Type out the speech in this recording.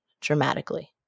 dramatically